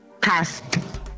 pass